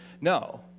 no